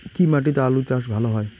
কি মাটিতে আলু চাষ ভালো হয়?